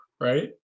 Right